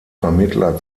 vermittler